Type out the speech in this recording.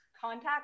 contact